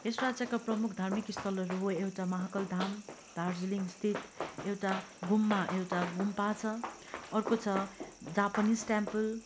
यस राज्यका प्रमुख धार्मिक स्थलहरू हो एउटा महाकाल धाम दार्जिलिङ स्थित एउटा घुममा एउटा गुम्बा छ अर्को छ जापानिज टेम्पल